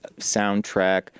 soundtrack